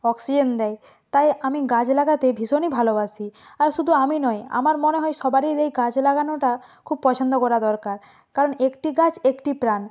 oxygen দেয় তাই আমি গাছ লাগাতে ভীষণই ভালোবাসি আর শুধু আমি নয় আমার মনে হয় সবারির এই গাছ লাগানোটা খুব পছন্দ করা দরকার কারণ একটি গাছ একটি প্রাণ